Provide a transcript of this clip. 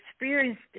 experienced